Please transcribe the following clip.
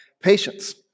patience